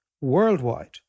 worldwide